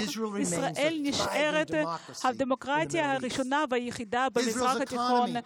ישראל נשארת הדמוקרטיה הראשונה והיחידה במזרח התיכון.